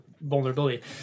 vulnerability